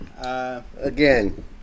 Again